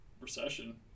recession